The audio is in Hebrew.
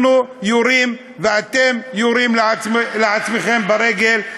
אנחנו יורים, ואתם יורים לעצמכם, ברגל.